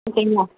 ஓகேங்களா